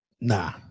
Nah